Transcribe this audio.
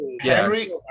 Henry